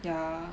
yeah